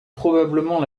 probablement